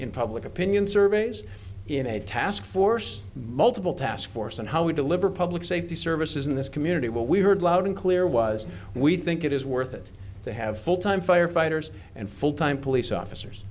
in public opinion surveys in a task force multiple task force and how we deliver public safety services in this community what we heard loud and clear was we think it is worth it to have full time firefighters and full time police officers